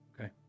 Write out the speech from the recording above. Okay